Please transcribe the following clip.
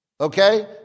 Okay